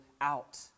out